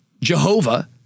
Jehovah